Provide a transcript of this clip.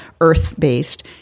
earth-based